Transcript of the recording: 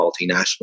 multinational